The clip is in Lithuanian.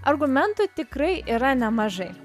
argumentų tikrai yra nemažai